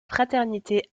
fraternité